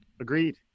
Agreed